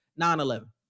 9-11